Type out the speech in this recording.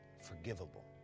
forgivable